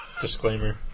Disclaimer